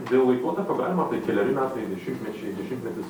dėl laikotarpio galima ar tai keleri metai dešimtmečiai dvidešimtis